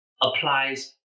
applies